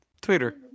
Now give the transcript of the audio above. twitter